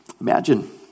Imagine